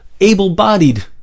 able-bodied